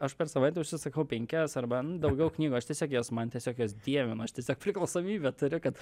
aš per savaitę užsisakau penkias arba n daugiau knygų aš tiesiog jas man tiesiog jas dievinu aš tiesiog priklausomybę turiu kad